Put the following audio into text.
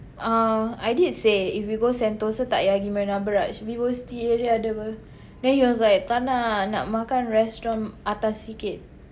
uh I did say if we go Sentosa tak ya gi Marina Barrage Vivocity area ada [pe] then he was like tak nak nak makan restaurant atas sikit